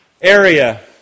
area